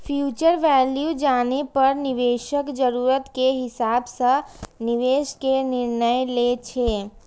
future value जानै पर निवेशक जरूरत के हिसाब सं निवेश के निर्णय लै छै